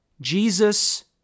Jesus